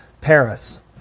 Paris